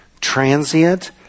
transient